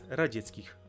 radzieckich